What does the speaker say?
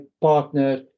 partner